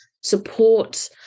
support